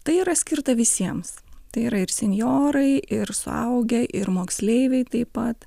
tai yra skirta visiems tai yra ir senjorai ir suaugę ir moksleiviai taip pat